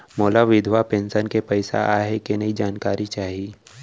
मोला विधवा पेंशन के पइसा आय हे कि नई जानकारी चाही?